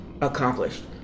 accomplished